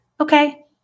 okay